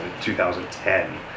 2010